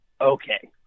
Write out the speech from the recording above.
okay